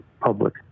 public